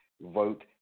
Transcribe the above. vote